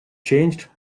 changed